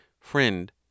Friend